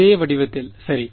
அதே வடிவத்தில் சரி